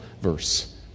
verse